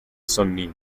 sonnino